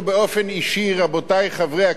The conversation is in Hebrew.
רבותי חברי הכנסת הטוענים,